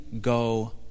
go